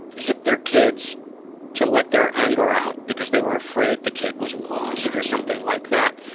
hit their kids to let their anger out because they were afraid the kid was lost or something like that,